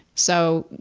so,